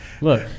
Look